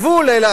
לא, יש גבול.